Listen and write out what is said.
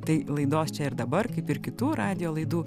tai laidos čia ir dabar kaip ir kitų radijo laidų